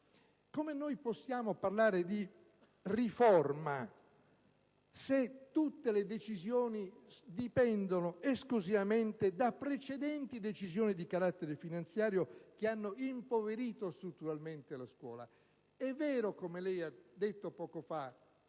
Come noi possiamo parlare di riforma, se tutte le decisioni dipendono esclusivamente da precedenti decisioni di carattere finanziario che hanno impoverito strutturalmente la scuola? È vero, come lei ha detto poco fa,